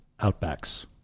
Outbacks